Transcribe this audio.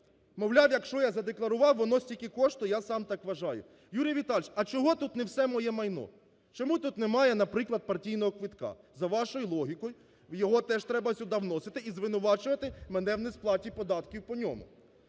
мовляв, якщо я задекларував, воно стільки коштує, я сам так вважаю. Юрій Віталійович, а чого тут не все моє майно? Чому тут немає, наприклад, партійного квитка? За вашою логікою, його теж треба сюди вносити і звинувачувати мене в несплаті податків по ньому.